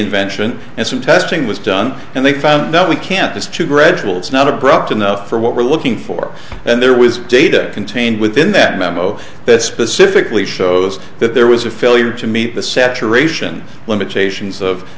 invention and some testing was done and they found that we can't just to gradual it's not abrupt enough for what we're looking for and there was data contained within that memo that specifically shows that there was a failure to meet the saturation limitations of